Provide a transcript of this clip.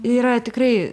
yra tikrai